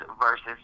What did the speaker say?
versus